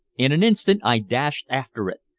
in an instant i dashed after it.